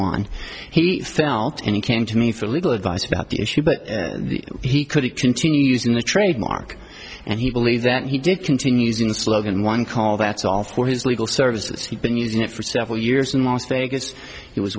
one he felt and he came to me for legal advice about the issue but he couldn't continue using the trademark and he believes that he did continues in a slogan one call that's all for his legal services he's been using it for several years in las vegas it was